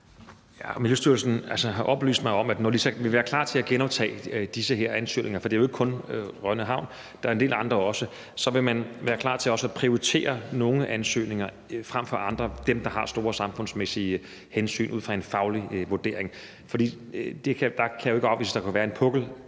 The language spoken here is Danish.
Miljøstyrelsen har oplyst mig om, at når de så er klar til at genoptage de her ansøgninger – det er ikke kun Rønne Havn, for der er også en del andre – vil man være klar til også at prioritere nogle ansøgninger over andre, altså dem, der har store samfundsmæssige hensyn ud fra en faglig vurdering. Det kan jo ikke afvises, at der vil være en pukkel,